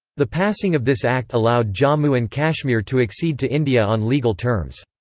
the passing of this act allowed jammu and kashmir to accede to india on legal terms.